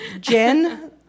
Jen